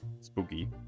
spooky